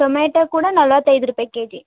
tomato ಕೂಡ ನಲವತ್ತೈದು ರೂಪಾಯಿ ಕೆ ಜಿ